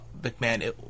McMahon